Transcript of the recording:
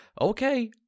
okay